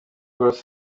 ross